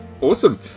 Awesome